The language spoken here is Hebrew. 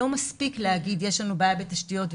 לא מספיק להגיד: יש לנו בעיה בתשתיות,